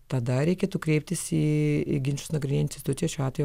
tada reikėtų kreiptis į į ginčus nagrinėjančią instituciją šiuo atveju